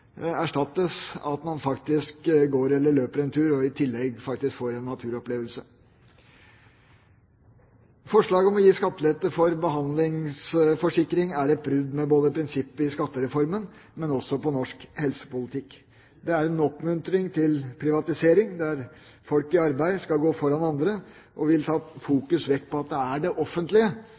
erstattes av at man går eller løper en tur, og i tillegg får man faktisk en naturopplevelse. Forslaget om å gi skattelette for behandlingsforsikring er et brudd med prinsippet i skattereformen og også med norsk helsepolitikk. Det er en oppmuntring til privatisering, der folk i arbeid skal gå foran andre, og vil ta fokus vekk fra at det er det offentlige